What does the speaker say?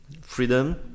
freedom